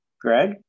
Greg